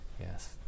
yes